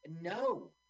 no